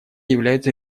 является